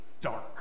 dark